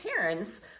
parents